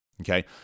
Okay